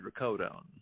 hydrocodone